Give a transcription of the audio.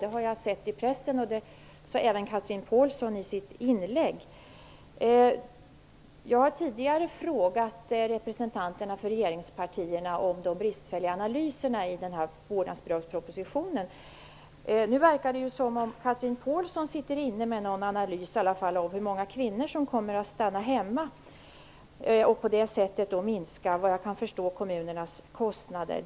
Det har jag läst i pressen och det sade även Chatrine Pålsson i sitt anförande. Jag har tidigare frågat representanterna för regeringspartierna om de bristfälliga analyserna i vårdnadsbidragspropositionen. Det förefaller som att Chatrine Pålsson sitter inne med en anlys, i alla fall av hur många kvinnor som kommer att stanna hemma och på det sättet minska kommunernas kostnader.